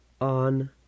on